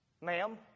Ma'am